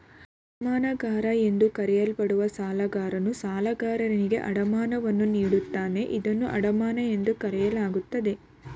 ಅಡಮಾನಗಾರ ಎಂದು ಕರೆಯಲ್ಪಡುವ ಸಾಲಗಾರನು ಸಾಲಗಾರನಿಗೆ ಅಡಮಾನವನ್ನು ನೀಡುತ್ತಾನೆ ಇದನ್ನ ಅಡಮಾನ ಎಂದು ಕರೆಯಲಾಗುತ್ತೆ